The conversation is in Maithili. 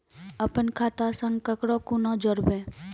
अपन खाता संग ककरो कूना जोडवै?